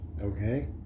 Okay